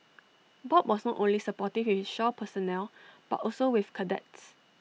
bob was not only supportive with his shore personnel but also with cadets